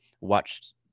watched